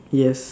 yes